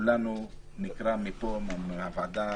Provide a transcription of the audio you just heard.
שכולנו נקרא מהוועדה